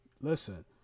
Listen